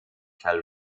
shell